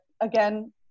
again